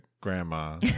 grandma